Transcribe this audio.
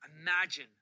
imagine